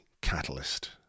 catalyst